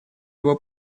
его